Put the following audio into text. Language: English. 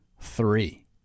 Three